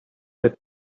that